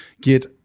get